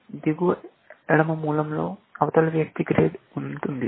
దిగువ ఎడమ మూలలో అవతలి వ్యక్తి గ్రేడ్ ఉంటుంది